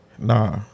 Nah